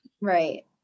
Right